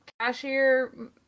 Cashier